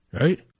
right